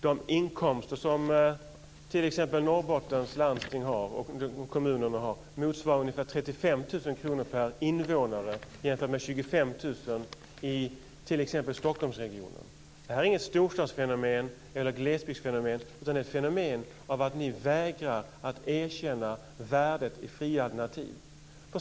De inkomster som t.ex. Norrbottens landsting och kommuner har motsvarar ungefär 35 000 kr per invånare jämfört med 25 000 kr i Stockholmsregionen. Det här är inget storstadsfenomen eller glesbygdsfenomen. Det är ett fenomen som uppstått på grund av att ni vägrar att erkänna värdet av fria alternativ.